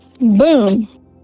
boom